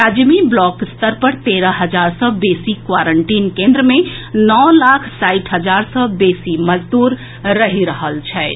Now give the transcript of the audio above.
राज्य मे ब्लॉक स्तर पर तेरह हजार सँ बेसी क्वारंटीन केंद्र मे नओ लाख साठि हजार सँ बेसी मजदूर रहि रहल छथि